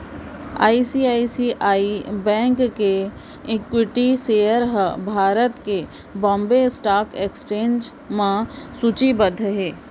ICICI bank के equity share ह भारत के बांबे स्टॉक एक्सचेंज म सूचीबद्ध हे